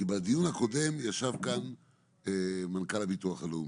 כי בדיון הקודם ישב כאן מנכ"ל הביטוח לאומי,